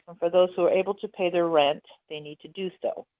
for those who are able to pay their rent, they need to do so.